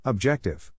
Objective